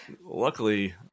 luckily